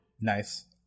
Nice